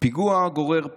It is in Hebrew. "פיגוע גורר פיגוע,